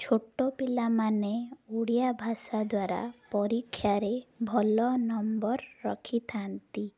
ଛୋଟ ପିଲାମାନେ ଓଡ଼ିଆ ଭାଷା ଦ୍ୱାରା ପରୀକ୍ଷାରେ ଭଲ ନମ୍ବର ରଖିଥାନ୍ତି